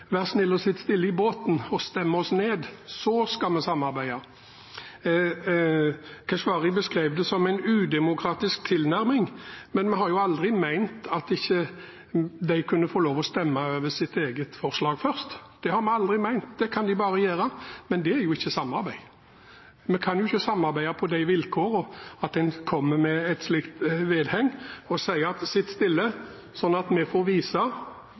ikke kunne få lov til å stemme over sitt eget forslag først. Det har vi aldri ment. Det kan de bare gjøre. Men det er jo ikke samarbeid. Vi kan ikke samarbeide på de vilkårene, at en kommer med et slikt vedheng og sier at sitt stille, så vi får vist at vår regjering taper saken, osv. Det var slik det endte. Men det blir innstramminger, og det er vi